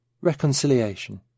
Reconciliation